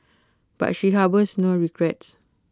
but she harbours no regrets